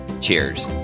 cheers